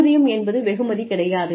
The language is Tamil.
ஊதியம் என்பது வெகுமதி கிடையாது